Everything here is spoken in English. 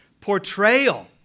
portrayal